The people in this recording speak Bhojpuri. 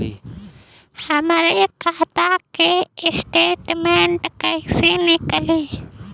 हमरे खाता के स्टेटमेंट कइसे निकली?